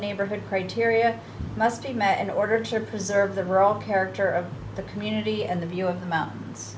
neighborhood criteria must be met in order to preserve the rural character of the community and the view of the mountains